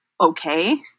okay